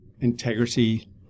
integrity